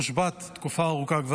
מושבת כבר תקופה ארוכה,